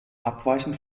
abweichend